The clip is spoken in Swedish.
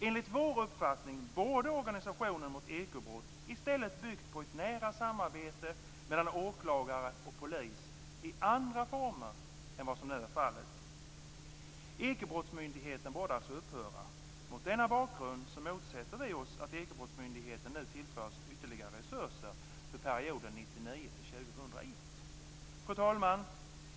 Enligt vår uppfattning borde organisationen mot ekobrott i stället byggt på ett nära samarbete mellan åklagare och polis i andra former än vad som nu är fallet. Ekobrottsmyndigheten borde alltså upphöra. Mot denna bakgrund motsätter vi oss att Ekobrottsmyndigheten nu tillförs ytterligare resurser för perioden 1999-2001. Fru talman!